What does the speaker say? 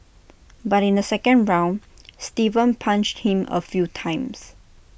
but in the second round Steven punched him A few times